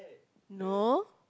no